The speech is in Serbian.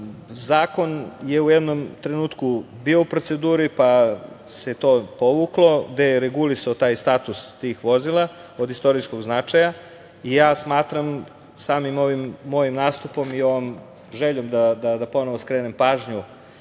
zakon je u jednom trenutku bio u proceduri, pa se to povuklo, gde se regulisao taj status vozila od istorijskog značaja i smatram samim ovim mojim nastupom i ovom željom da ponovo skrenem pažnju